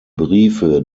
briefe